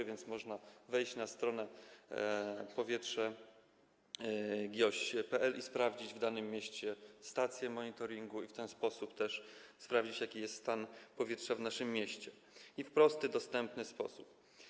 A więc można wejść na stronę powietrze.gios.gov.pl i sprawdzić w danym mieście stację monitoringu, i w ten sposób też sprawdzić, jaki jest stan powietrza w naszym mieście, w prosty, dostępny sposób.